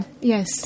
Yes